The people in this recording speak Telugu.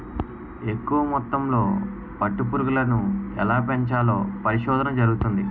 ఎక్కువ మొత్తంలో పట్టు పురుగులను ఎలా పెంచాలో పరిశోధన జరుగుతంది